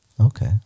Okay